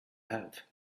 have